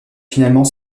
finalement